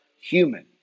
human